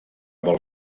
vol